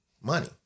money